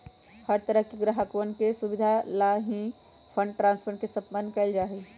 हर तरह से ग्राहकवन के सुविधा लाल ही फंड ट्रांस्फर के सम्पन्न कइल जा हई